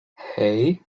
hey